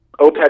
OPEC